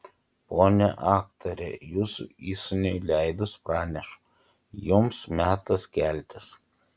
ponia aktore jūsų įsūniui leidus pranešu jums metas keltis